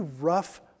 rough